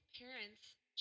parents